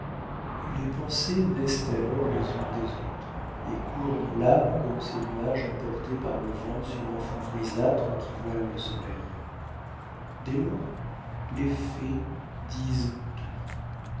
les pensées naissent alors les unes des autres et courent dans l'âme comme ces nuages emportés par le vent sur un fond grisâtre qui voile le soleil dès lors les faits disent tout